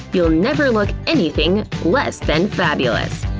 you'll never look anything less than fabulous.